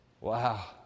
Wow